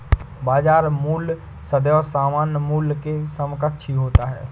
बाजार मूल्य सदैव सामान्य मूल्य के समकक्ष ही होता है